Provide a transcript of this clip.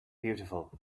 beautiful